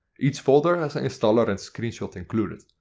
each folder has a installer and screenshots included.